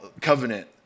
covenant